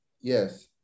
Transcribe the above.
yes